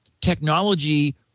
technology